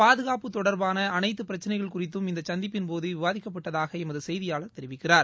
பாதுகாப்பு தொடர்பான அனைத்து பிரச்சினைகள் குறித்தும் இந்த சந்திப்பின்போது விவாதிக்கப்பட்டதாக எமது செய்தியாளர் தெரிவிக்கிறார்